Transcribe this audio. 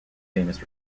famous